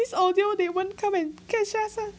this audio they won't come and catch us ah